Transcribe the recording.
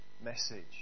message